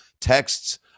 texts